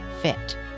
fit